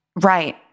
Right